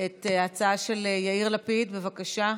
את ההצעה של יאיר לפיד, בבקשה.